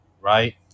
right